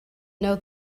know